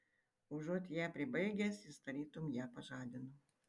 užuot ją pribaigęs jis tarytum ją pažadino